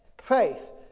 Faith